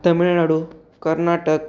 Tamil Nadu Karnataka